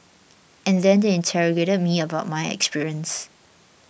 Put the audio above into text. and then they interrogated me about my experience